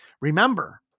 Remember